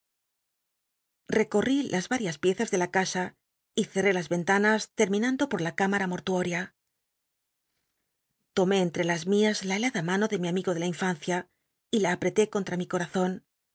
hecol'ri las vmias piezas de la casa y cerré las ventanas tcminamlo por la mara mortuoria tomé entre las mias la helada mano de mi amigo de la infancia y la ap cté conlla mi corazon